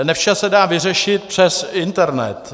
Ne vše se dá vyřešit přes internet.